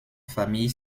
famille